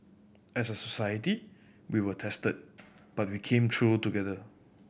as a society we were tested but we came through together